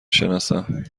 سناسم